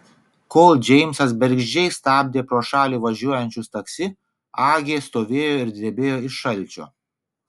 kol džeimsas bergždžiai stabdė pro šalį važiuojančius taksi agė stovėjo ir drebėjo iš šalčio